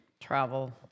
Travel